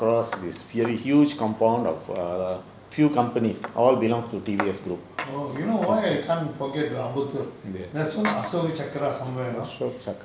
oh you know why I can't forget the ambattur there's one asoka chakra somewhere you know